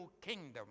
kingdom